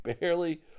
Barely